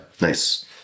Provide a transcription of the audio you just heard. Nice